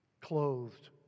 clothed